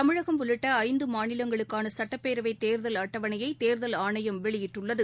தமிழகம் உள்ளிட்ட ஐந்து மாநிலங்களுக்கான சுட்டப்பேரவைத்தேர்தல் அட்டவணையை தேர்தல் ஆணையம் வெளியிட்டுள்ளது